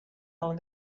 del